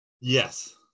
Yes